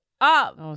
up